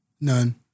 None